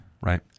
right